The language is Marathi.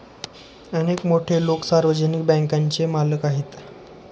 अनेक मोठे लोकं सार्वजनिक बँकांचे मालक आहेत